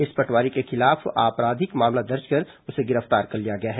इस पटवारी के खिलाफ आपराधिक मामला दर्ज कर उसे गिरफ्तार कर लिया गया है